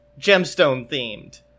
Gemstone-themed